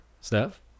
Steph